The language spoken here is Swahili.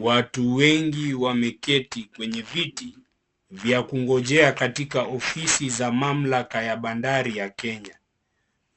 Watu wengi wameketi kwenye viti vya kungojea katika ofisi za mamlaka ya bandari ya Kenya